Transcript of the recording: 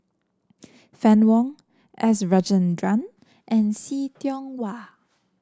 Fann Wong S Rajendran and See Tiong Wah